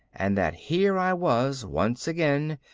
and that here i was, once again,